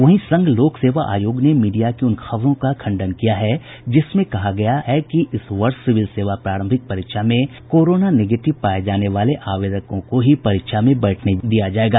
वहीं संघ लोक सेवा आयोग ने मीडिया की उन खबरों का खंडन किया है जिसमें कहा गया था कि इस वर्ष सिविल सेवा प्रारंभिक परीक्षा में कोरोना नेगेटिव पाए जाने वाले आवेदकों को ही परीक्षा में बैठने दिया जाएगा